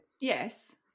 Yes